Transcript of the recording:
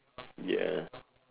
ya